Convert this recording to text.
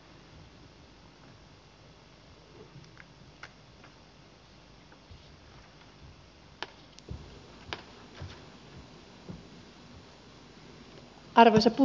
arvoisa puhemies